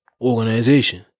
organization